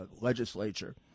legislature